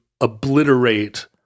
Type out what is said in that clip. obliterate